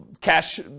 cash